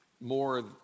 More